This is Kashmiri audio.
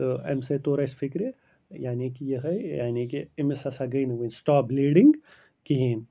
تہٕ اَمہِ سۭتۍ توٚر اَسہِ فِکرٕ یعنی کہِ یِہوٚے یعنی کہِ أمِس ہَسا گٔے نہٕ وٕنہِ سِٹاپ بٕلیٖڈِنٛگ کِہیٖنۍ